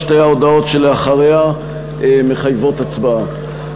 שתי ההודעות שלאחריה מחייבות הצבעה.